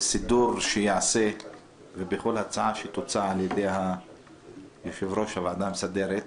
סידור שייעשה ובכל הצעה שתוצע על ידי יושב-ראש הוועדה המסדרת,